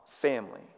family